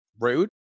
rude